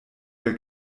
der